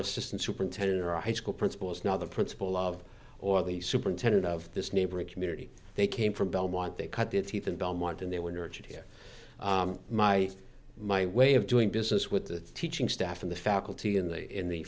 assistant superintendent or i school principal is now the principal of or the superintendent of this neighboring community they came from belmont they cut their teeth in belmont and they were nurtured here my my way of doing business with the teaching staff in the faculty in the in the